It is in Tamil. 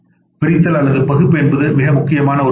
பிரித்தல் அல்லது பகுப்பு என்பது மிக மிக முக்கியமான கருத்து